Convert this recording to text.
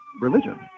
religion